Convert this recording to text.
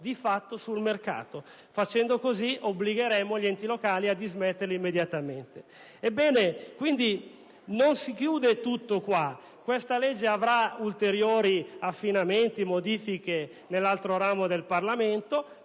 di fatto sul mercato. Facendo così, obbligheremmo gli enti locali a dismetterle immediatamente. Non si conclude tutto oggi in questa sede: questa legge avrà ulteriori affinamenti e modifiche nell'altro ramo del Parlamento.